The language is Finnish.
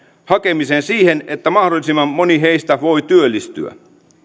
hakemiseen siihen että mahdollisimman moni heistä voi työllistyä